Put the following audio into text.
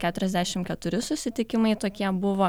keturiasdešimt keturi susitikimai tokie buvo